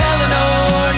Eleanor